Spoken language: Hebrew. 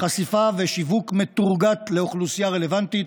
חשיפה ושיווק מטורגט לאוכלוסייה הרלוונטית,